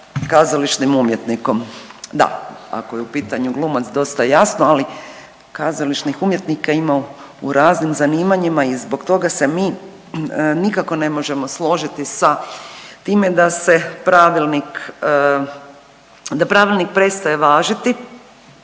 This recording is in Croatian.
kazališnim umjetnikom. Da, ako je u pitanju glumac dosta jasno, ali kazališnih umjetnika ima u raznim zanimanja i zbog toga se mi nikako ne možemo složiti sa time da se pravilnik, da pravilnik